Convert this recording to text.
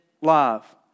love